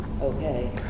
okay